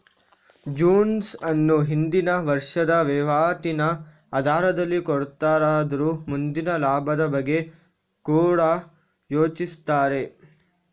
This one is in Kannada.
ಬೋನಸ್ ಅನ್ನು ಹಿಂದಿನ ವರ್ಷದ ವೈವಾಟಿನ ಆಧಾರದಲ್ಲಿ ಕೊಡ್ತಾರಾದ್ರೂ ಮುಂದಿನ ಲಾಭದ ಬಗ್ಗೆ ಕೂಡಾ ಯೋಚಿಸ್ತಾರೆ